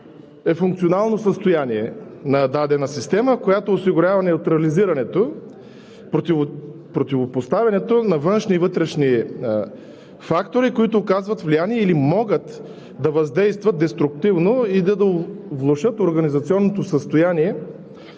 е функционално състояние на дадена система, която осигурява неутрализирането, противопоставянето на външни и вътрешни фактори, които оказват влияние, могат да въздействат деструктивно или да влошат организационното състояние